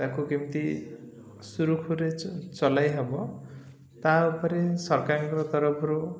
ତାକୁ କେମିତି ସୁରୁଖରେ ଚଳାଇହବ ତା' ଉପରେ ସରକାରଙ୍କ ତରଫରୁ